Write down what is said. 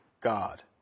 God